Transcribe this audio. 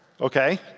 okay